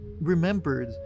remembered